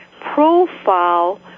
profile